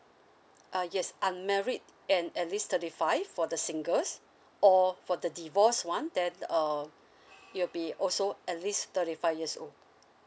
uh yes unmarried and at least thirty five for the singles or for the divorce one then uh it'll be also at least thirty five years old